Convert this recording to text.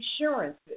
insurances